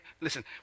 Listen